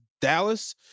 Dallas